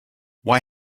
why